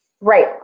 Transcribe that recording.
Right